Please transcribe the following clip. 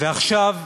ועכשיו,